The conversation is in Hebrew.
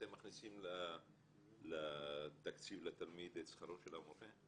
אתם מכניסים לתקציב לתלמיד את שכרו של המורה?